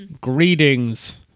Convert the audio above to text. Greetings